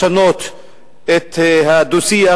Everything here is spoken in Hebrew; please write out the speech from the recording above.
לשנות את הדו-שיח,